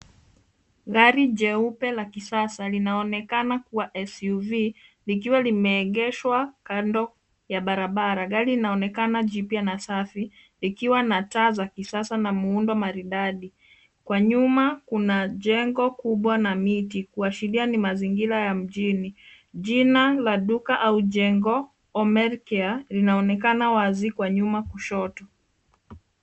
Gari jeupe la kisasa linaonekana kuwa SUV likiwa limeegeshwa kando ya barabara. Gari linaonekana jipya na safi, likiwa na taa za kisasa na muundo maridadi. Kwa nyuma kuna jengo kubwa na miti kuashiria ni mazingira ya mjini. Jina la duka au jengo, Omer care, linaonekana wazi kwa nyuma kushoto.